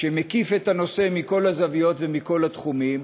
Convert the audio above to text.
שמקיף את הנושא מכל הזוויות ומכל התחומים,